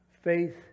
Faith